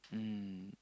mm